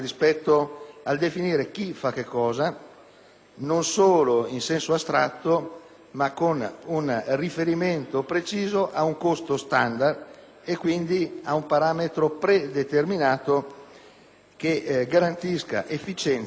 non solo in senso astratto ma con un riferimento preciso ad un costo standard e quindi ad un parametro predeterminato che garantisca efficienza, efficacia e qualità del prodotto,